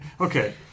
Okay